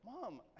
mom